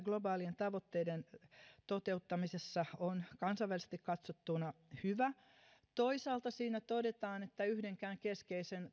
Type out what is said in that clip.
globaalien tavoitteiden toteuttamisessa on kansainvälisesti katsottuna hyvä toisaalta siinä todetaan että yhdenkään keskeisen